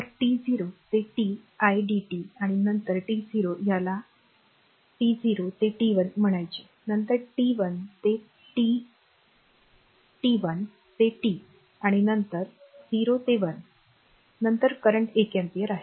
तर टी 0 ते T idt आणि नंतर टी 0 याला यास एक टी 0 ते टी 1 म्हणायचे नंतर टी 1 ते टी टी 1 ते टी आणि नंतर 0 ते 1 तेथे करंट एक अँपिअर आहे